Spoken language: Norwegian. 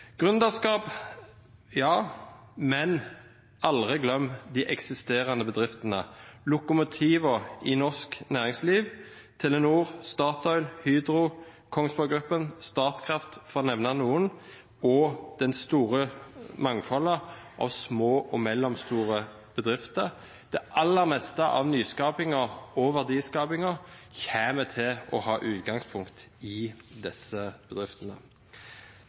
ja – men glem aldri de eksisterende bedriftene, lokomotivene i norsk næringsliv, Telenor, Statoil, Hydro, Kongsberg Gruppen, Statkraft, for å nevne noen, og det store mangfoldet av små og mellomstore bedrifter. Det aller meste av nyskapingen og verdiskapingen kommer til å ha utgangspunkt i disse bedriftene.